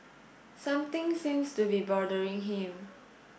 something seems to be bothering him